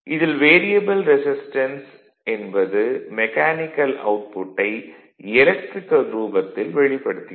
இதில் variable resistance என்பது mechanical அவுட்புட்டை எலக்ட்ரிகல் ரூபத்தில் வெளிப்படுத்துகிறது